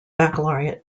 baccalaureate